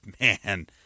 man –